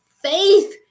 Faith